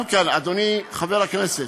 גם כאן, אדוני חבר הכנסת,